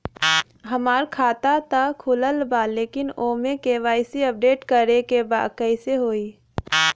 हमार खाता ता खुलल बा लेकिन ओमे के.वाइ.सी अपडेट करे के बा कइसे होई?